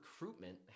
recruitment